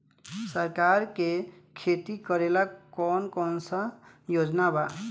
सरकार के खेती करेला कौन कौनसा योजना बा?